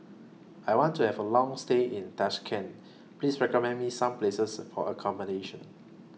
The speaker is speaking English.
I want to Have A Long stay in Tashkent Please recommend Me Some Places For accommodation